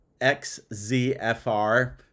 XZFR